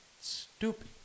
stupid